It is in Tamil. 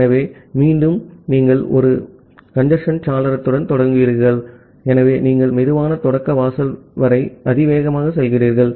ஆகவே மீண்டும் நீங்கள் ஒரு கஞ்சேஸ்ன் சாளரத்துடன் தொடங்குவீர்கள் ஆகவே நீங்கள் சுலோ ஸ்டார்ட் விண்டோ வரை அதிவேகமாக செல்கிறீர்கள்